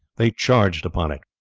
they charged upon it.